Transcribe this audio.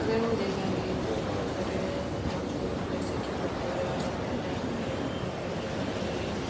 اگر ہم دیکھیں گے تو بہت سارے پکوان جو جیسے کہ پکوڑا مٹن بریانی بریانی